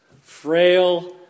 frail